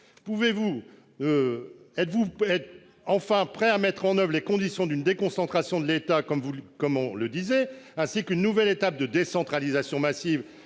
? Êtes-vous enfin prêt à mettre en oeuvre les conditions d'une déconcentration de l'État, comme vous le disiez, ainsi qu'une nouvelle étape de décentralisation massive